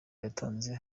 yatanze